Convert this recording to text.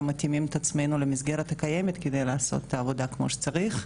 מתאימים את עצמנו למסגרת הקיימת כדי לעשות את העבודה כמו שצריך.